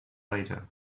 later